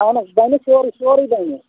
اہَن حظ بَنہِ سورُے سورُے بَنہِ